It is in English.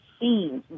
scenes